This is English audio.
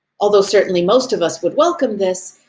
although certainly most of us would welcome this,